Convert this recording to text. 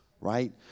right